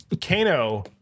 Kano